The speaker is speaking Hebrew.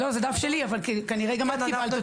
לא, זה דף שלי, אבל כנראה גם את קיבלת אותם.